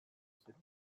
ziren